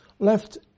left